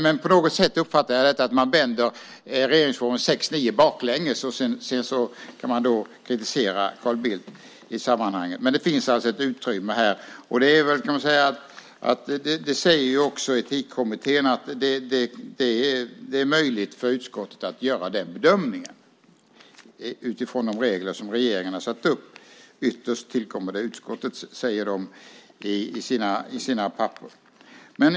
Men på något sätt uppfattar jag att man tar 6 kap. 9 § regeringsformen baklänges. Sedan kan man kritisera Carl Bildt i sammanhanget. Det finns alltså ett utrymme här. Etikkommittén säger att det är möjligt för utskottet att göra den bedömningen utifrån de regler som regeringen satt upp. Ytterst tillkommer det utskottet att göra det, säger man i sina papper.